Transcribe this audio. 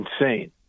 insane